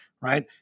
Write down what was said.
right